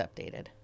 updated